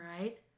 right